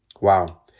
Wow